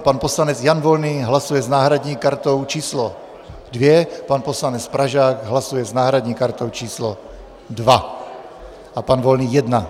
Pan poslanec Jan Volný hlasuje s náhradní kartou číslo 2, pan poslanec Pražák hlasuje s náhradní kartou číslo 2 a pan Volný 1.